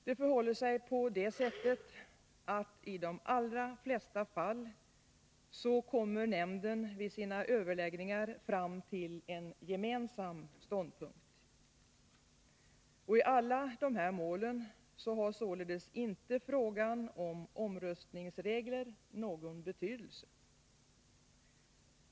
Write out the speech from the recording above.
Det förhåller sig på det sättet att nämnden vid sina överläggningar i de allra flesta fall kommer fram till en gemensam ståndpunkt. I alla dessa mål har således inte frågan om omröstningsreglerna någon betydelse.